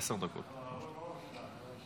עשר דקות, בבקשה.